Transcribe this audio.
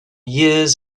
years